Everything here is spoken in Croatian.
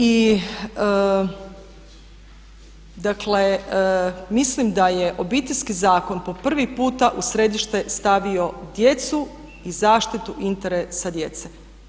I dakle, mislim da je Obiteljski zakon po prvi puta u središte stavio djecu i zaštitu interesa djece.